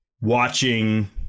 watching